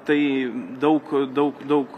tai daug daug daug